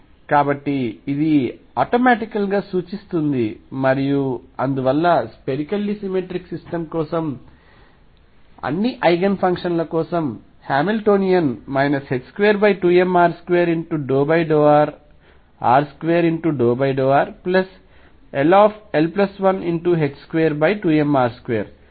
కాబట్టి ఇది ఆటోమేటికల్ గా సూచిస్తుంది మరియు అందువలన స్పెరికల్లీ సిమెట్రిక్ సిస్టమ్ కోసం అన్ని ఐగెన్ ఫంక్షన్ ల కోసం హామిల్టోనియన్ ℏ22mr2∂rr2∂rll122mr2Vఅని వ్రాయవచ్చు